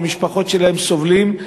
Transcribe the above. והמשפחות שלהם סובלות.